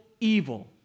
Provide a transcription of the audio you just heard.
evil